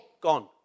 gone